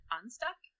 unstuck